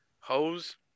Hose